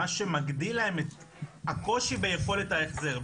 מה שמגדיל את הקושי ביכולת ההחזר.